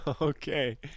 Okay